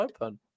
Open